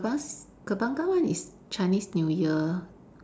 Kembas~ Kembangan one is Chinese new year